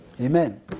Amen